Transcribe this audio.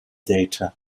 data